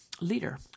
leader